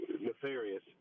nefarious